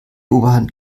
oberhand